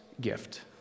gift